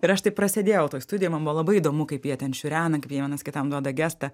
ir aš taip prasėdėjau toj studijoj man buvo labai įdomu kaip jie ten šiurena kaip jie vienas kitam duoda gestą